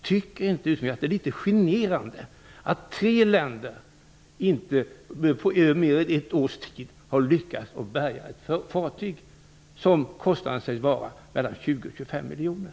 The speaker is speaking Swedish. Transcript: Tycker inte utrikesministern att det är litet generande att tre länder under mer än ett års tid inte har lyckats få till stånd bärgningen av ett fartyg för vilken kostnaden sägs vara mellan 20 och 25 miljoner?